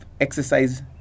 exercise